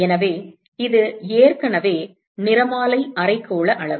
எனவே இது ஏற்கனவே நிறமாலை அரைக்கோள அளவு